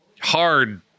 hard